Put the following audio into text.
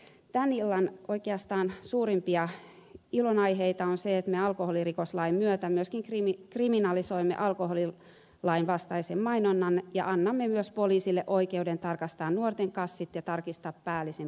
tämän illan oikeastaan suurimpia ilonaiheita on se että me alkoholirikoslain myötä myöskin kriminalisoimme alkoholilain vastaisen mainonnan ja annamme myös poliisille oikeuden tarkastaa nuorten kassit ja tarkistaa päällisin puolin vaatteet